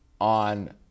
on